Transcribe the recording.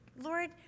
Lord